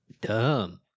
dumb